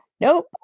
Nope